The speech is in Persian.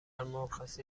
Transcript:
مرخصی